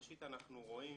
ראשית, אנחנו רואים